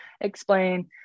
explain